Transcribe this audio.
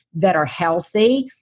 that are healthy.